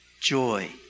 joy